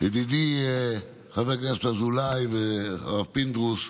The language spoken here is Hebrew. ידידי חבר הכנסת אזולאי והרב פינדרוס,